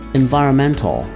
environmental